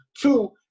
two